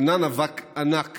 ענן אבק ענק